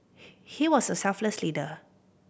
he was a selfless leader